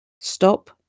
stop